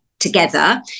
together